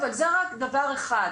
אבל זה רק דבר אחד.